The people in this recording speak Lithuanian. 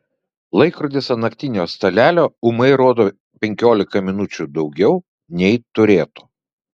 laikrodis ant naktinio stalelio ūmai rodo penkiolika minučių daugiau nei turėtų